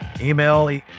email